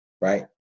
right